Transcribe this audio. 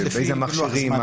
איזה מכשירים,